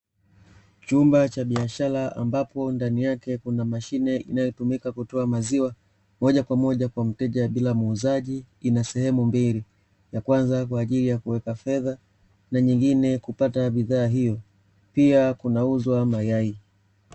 Chumba cha biashara ambapo ndani yake kuna mashine inayotumika kutoa maziwa, moja kwa moja kwa mteja bila muuzaji ina sehemu mbili, ya kwanza kwaajili ya kuweka fedha na nyingine kupata bidhaa hiyo, pia kunauzwa mayai.